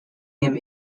him